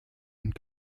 und